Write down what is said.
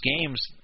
games